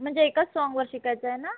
म्हणजे एकाच साँगवर शिकायचं आहे ना